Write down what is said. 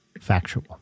factual